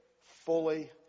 fully